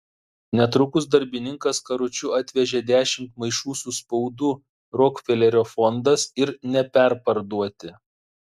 netrukus darbininkas karučiu atvežė dešimt maišų su spaudu rokfelerio fondas ir neperparduoti